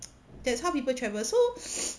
that's how people travel so